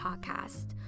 Podcast